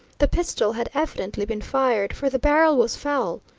the pistol had evidently been fired, for the barrel was foul.